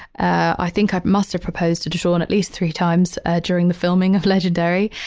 i think i must have proposed to dashaun at least three times during the filming of legendary.